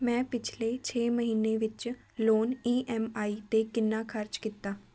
ਮੈਂ ਪਿਛਲੇ ਛੇ ਮਹੀਨੇ ਵਿੱਚ ਲੋਨ ਈ ਐਮ ਆਈ 'ਤੇ ਕਿੰਨਾ ਖਰਚ ਕੀਤਾ